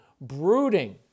brooding